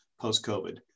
post-COVID